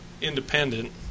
independent